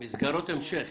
מסגרות המשך.